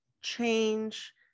change